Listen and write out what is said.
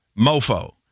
mofo